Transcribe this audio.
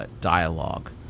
dialogue